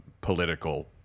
political